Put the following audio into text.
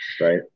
Right